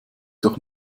doch